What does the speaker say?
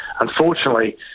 Unfortunately